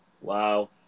Wow